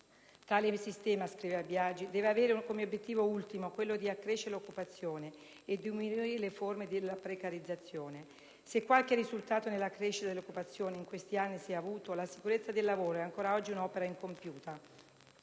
«Tale sistema» - scriveva ancora Biagi - «deve avere come obiettivo ultimo quello di accrescere l'occupazione e di diminuire le forme di precarizzazione». Se qualche risultato nella crescita dell'occupazione in questi anni si è avuto, la sicurezza del lavoro è ancora oggi un'opera incompiuta.